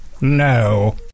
No